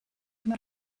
mae